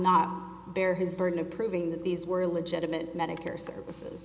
not bear his burden of proving that these were legitimate medicare services